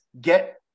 get